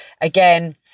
again